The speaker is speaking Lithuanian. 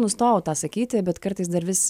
nustojau tą sakyti bet kartais dar vis